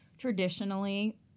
traditionally